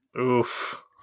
Oof